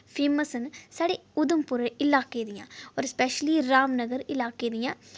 famous न साढ़े उधमपुर इलाके दियां और स्पैशली रामनगर इलाके दियां